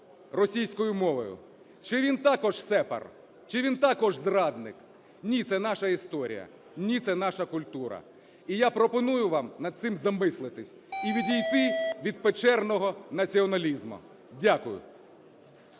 російською мовою? Чи він також "сєпар"? Чи він також зрадник? Ні, це наша історія. Ні, це наша культура. І я пропоную вам над цим замислитися і відійти від печерного націоналізму. Дякую.